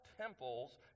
temples